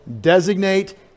designate